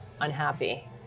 unhappy